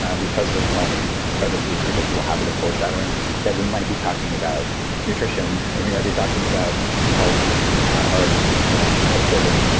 ah because of my incredibly predictable habit of foreshadowing that we might be talking about nutrition. and we might be talking about health of of children,